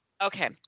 Okay